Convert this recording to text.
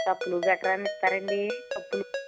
కప్పులు గట్రా ఇస్తారాండి కప్పులు